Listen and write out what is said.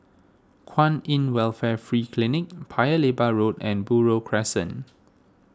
Kwan in Welfare Free Clinic Paya Lebar Road and Buroh Crescent